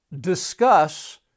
discuss